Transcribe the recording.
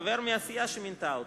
חבר מהסיעה שמינתה אותו.